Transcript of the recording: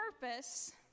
purpose